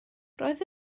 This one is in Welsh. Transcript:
roedd